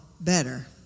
better